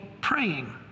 praying